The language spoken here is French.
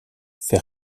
fait